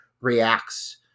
reacts